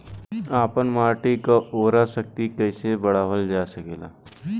आपन माटी क उर्वरा शक्ति कइसे बढ़ावल जा सकेला?